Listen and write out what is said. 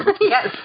Yes